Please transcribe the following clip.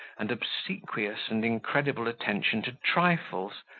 and obsequious and incredible attention to trifles,